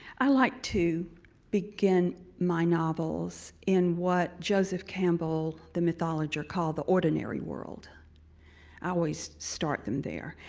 i like to begin my novels in what joseph campbell, the mythologer, calls the ordinary world. i always start them there.